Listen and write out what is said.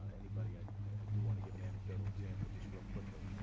anybody i do want to give an anecdotal example just real quickly.